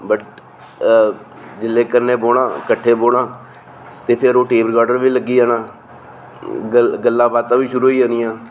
but जेल्लै कन्नै बौह्ना किट्ठे बौह्ना ते फिर ओह् टेपरिकार्डर बी लगी जाना ग गल्लां बातां बी शुरु होई जानियां